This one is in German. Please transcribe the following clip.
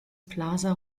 plaza